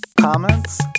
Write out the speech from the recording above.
Comments